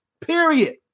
period